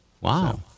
Wow